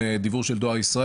קיבל ממני אישור לתו נכה.